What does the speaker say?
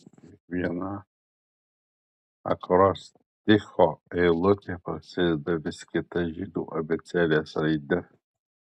kiekviena akrosticho eilutė prasideda vis kita žydų abėcėlės raide